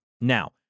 Now